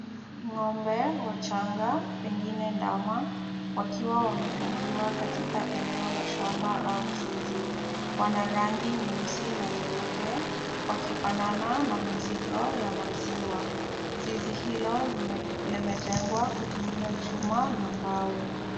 Ng'ombe wachanga pengine ndama, wakiwa wamefungiwa katika eneo la shamba au zizi. Wana rangi nyeusi na nyeupe wakifanana na mizigo ya maziwa. Zizi hilo limejengwa kutumia chuma na mbao.